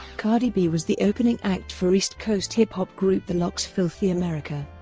cardi b was the opening act for east coast hip hop group the lox's filthy america.